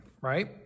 right